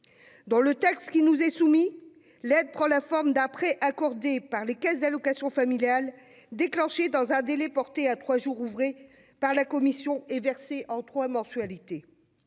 Dans le texte qui nous est soumis, l'aide prend la forme d'un prêt accordé par les caisses d'allocations familiales, déclenché dans un délai porté à trois jours ouvrés par la commission et versé en trois mensualités.